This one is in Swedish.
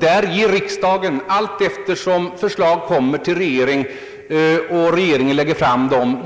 Där ger riksdagen — allteftersom regeringen får förslag och lägger fram dem